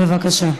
בבקשה.